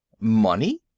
Money